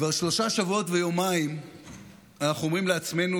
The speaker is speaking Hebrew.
כבר שלושה שבועות ויומיים אנחנו אומרים לעצמנו